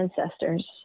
ancestors